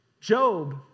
Job